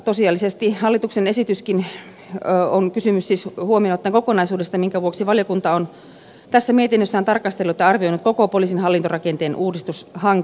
tosiasiallisesti hallituksen esityskin huomioon ottaen on kysymys kokonaisuudesta minkä vuoksi valiokunta on tässä mietinnössään tarkastellut ja arvioinut koko poliisin hallintorakenteen uudistushanketta